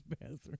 bathroom